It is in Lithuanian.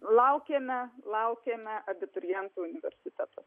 laukėme laukėme abiturientų universitetuose